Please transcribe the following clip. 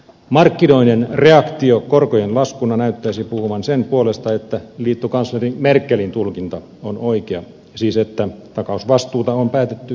markkinoiden reaktio korkojen laskuna näyttäisi puhuvan sen puolesta että liittokansleri merkelin tulkinta on oikea siis että takausvastuuta on päätetty kasvattaa